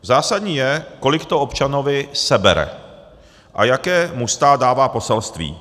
Zásadní je, kolik to občanovi sebere a jaké mu stát dává poselství.